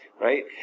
Right